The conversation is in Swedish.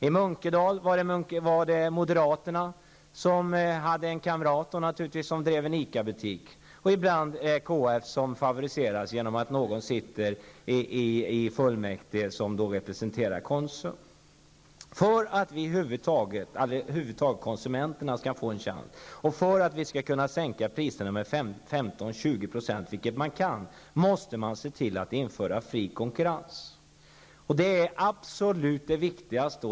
I Munkedal var det moderaterna som hade en kamrat som drev en ICA-butik. Ibland favoriseras KF, genom att någon som representerar Konsum sitter i fullmäktige. För att konsumenterna över huvud taget skall få en chans och för att vi skall kunna sänka priserna med 15--20 %, vilket är möjligt, måste fri konkurrens införas. Det är det absolut viktigaste.